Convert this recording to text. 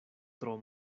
tro